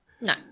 no